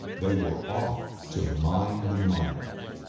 they were off to mine the miners.